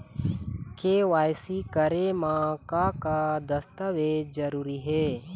KYC करे म का का दस्तावेज जरूरी हे?